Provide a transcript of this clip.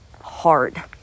hard